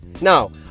Now